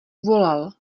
volal